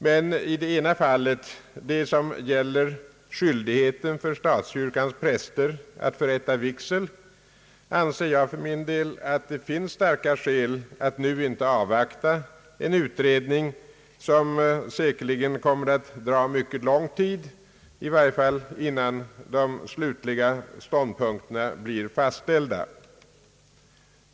Men i det ena fallet, det som gäller skyldigheten för statskyrkans präster att förrätta vigsel, anser jag för min del att det finns starka skäl att nu inte avvakta en utredning som säkerligen kommer att dra mycket lång tid, i varje fall innan de slutliga ståndpunkterna blir fastställda.